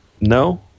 No